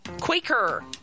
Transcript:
Quaker